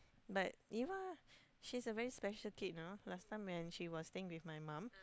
but Eva she's a very special kid know last time when she was staying with mum